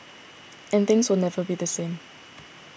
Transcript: and things will never be the same